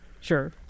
Sure